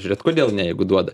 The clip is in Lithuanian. žiūrėt kodėl ne jeigu duoda